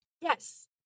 Yes